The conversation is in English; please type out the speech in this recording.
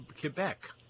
Quebec